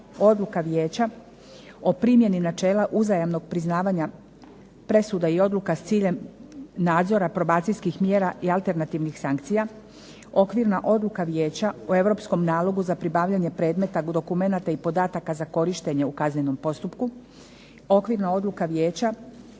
odluka Vijeća o primjeni načela uzajamnog priznavanja presuda i Odluka s ciljem nadzora probacijskih mjera i alternativnih sankcija, Okvirna odluka Vijeća o Europskom nalogu za pribavljanje predmeta, dokumenata i podataka za korištenje u kaznenom postupku, Okvirna odluka Vijeća